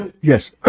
Yes